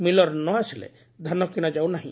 miller ନ ଆସିଲେ ଧାନ କିଶାଯାଉ ନାହି